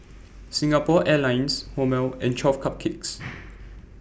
Singapore Airlines Hormel and twelve Cupcakes